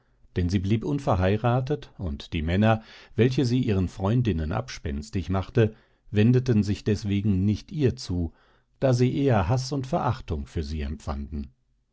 denn sie blieb unverheiratet und die männer welche sie ihren freundinnen abspenstig machte wendeten sich deswegen nicht zu ihr da sie eher haß und verachtung für sie empfanden